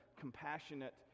compassionate